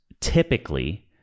Typically